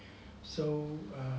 so err